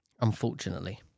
Unfortunately